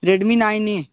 Redmi nine a